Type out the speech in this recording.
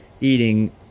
eating